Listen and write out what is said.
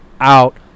out –